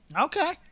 Okay